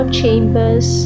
chambers